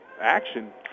action